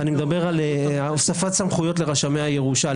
אני מדבר על הוספת סמכויות לרשמי הירושה,